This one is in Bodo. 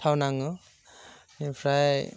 थाव नाङो एमफ्राय